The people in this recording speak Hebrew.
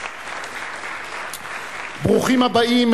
ברוכים הבאים,